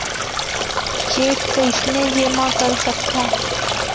Cheque कईसने जेमा कर सकथो?